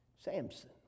Samson